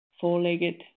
four-legged